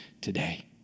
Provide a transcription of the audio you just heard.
today